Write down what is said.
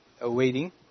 awaiting